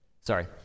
Sorry